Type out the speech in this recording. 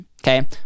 okay